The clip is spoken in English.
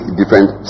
different